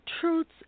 truths